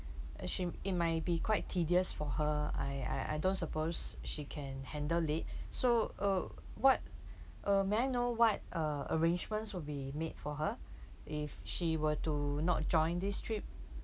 she it might be quite tedious for her I I I don't suppose she can handle it so uh what uh may I know what uh arrangements will be made for her if she were to not join this trip